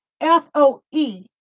F-O-E